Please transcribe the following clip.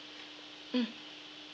mm